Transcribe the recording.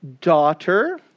Daughter